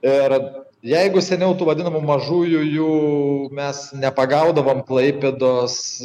ir jeigu seniau tų vadinamų mažųjų jų mes nepagaudavom klaipėdos